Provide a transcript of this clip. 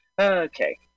Okay